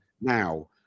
Now